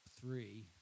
three